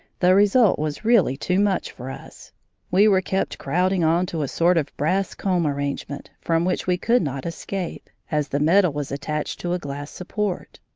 the result was really too much for us we were kept crowding on to a sort of brass comb arrangement from which we could not escape, as the metal was attached to a glass support.